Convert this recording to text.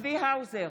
צבי האוזר,